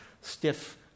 stiff